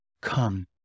come